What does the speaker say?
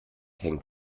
hängt